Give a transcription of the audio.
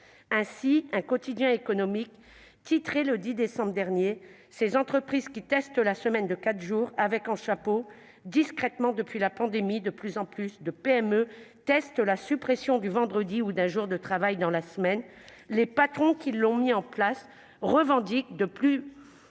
Ainsi un quotidien économique titrait-il, le 10 décembre dernier :« Ces entreprises qui testent la semaine de quatre jours ». Je vous donne lecture du chapeau :« Discrètement, depuis la pandémie, de plus en plus de PME testent la suppression du vendredi ou d'un jour de travail dans la semaine. Les patrons qui l'ont mise en place revendiquent plus